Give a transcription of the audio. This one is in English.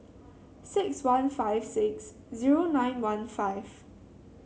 six one five six zero nine one five